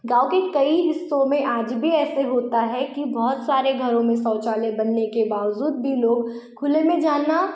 गाँव के कई हिस्सों में आज भी ऐसे होता है कि बहुत सारे घरों में शौचालय बनने के बावजूद भी लोग खुले में जाना